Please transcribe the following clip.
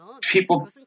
people